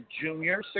junior